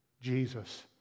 Jesus